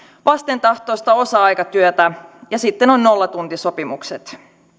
vastentahtoista osa aikatyötä ja sitten on nollatuntisopimukset